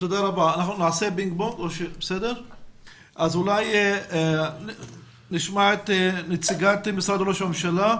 נשמע את נציגת משרד ראש הממשלה.